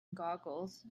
googles